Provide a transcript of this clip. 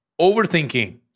overthinking